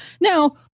Now